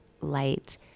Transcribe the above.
light